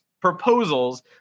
proposals